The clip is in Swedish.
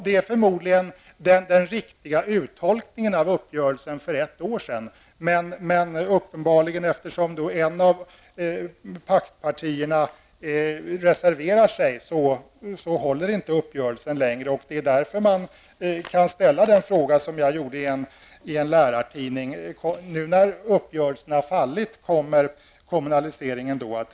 Det är förmodligen den riktiga tolkningen av uppgörelsen för ett år sedan. Eftersom ett av paktpartierna reserverar sig håller uppenbarligen inte uppgörelsen längre. Därför kan man ställa följande fråga, vilket jag gjorde i en lärartidning. Kommer kommunaliseringen att rivas upp nu när uppgörelsen har fallit?